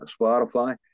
Spotify